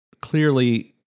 Clearly